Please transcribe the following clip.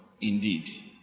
indeed